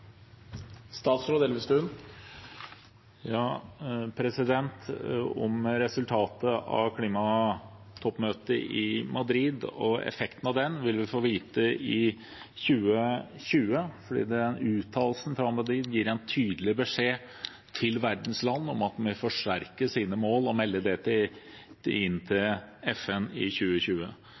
Resultatet av klimatoppmøtet i Madrid og effekten av det vil vi få vite i 2020, for uttalelsen fra Madrid gir en tydelig beskjed til verdens land om at man bør forsterke sine mål og melde dem inn til FN i 2020.